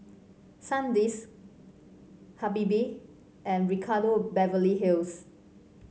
Sandisk Habibie and Ricardo Beverly Hills